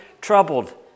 troubled